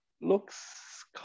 looks